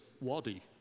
wadi